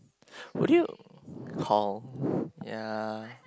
would you call ya